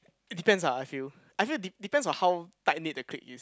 it depends ah I feel I feel de~ depends on how tight knit the clique is